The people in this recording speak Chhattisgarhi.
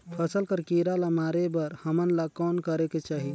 फसल कर कीरा ला मारे बर हमन ला कौन करेके चाही?